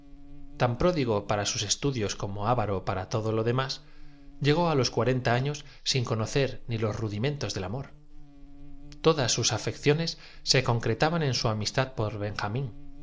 más allá re avaro para todo lo demás llegó á los cuarenta años sin conocer ni los rudimentos del amor todas sus posaba una carabina llena de moho que por haberse encontrado cargada con afecciones se concretaban en su amistad por benjamín